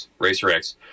RACERX